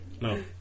No